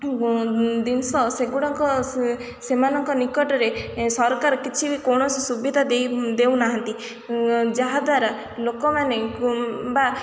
ଜିନିଷ ସେଗୁଡ଼ାକ ସେମାନଙ୍କ ନିକଟରେ ସରକାର କିଛି ବି କୌଣସି ସୁବିଧା ଦେଇ ଦେଉନାହାନ୍ତି ଯାହାଦ୍ୱାରା ଲୋକମାନେ ବା